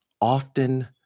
often